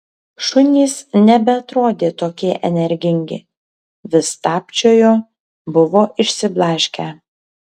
šunys nebeatrodė tokie energingi vis stabčiojo buvo išsiblaškę